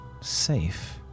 safe